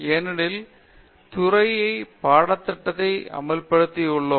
ஏனெனில் துறையை பாடத்திட்டத்தை பலப்படுத்தி உள்ளோம்